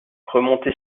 remonter